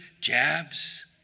jabs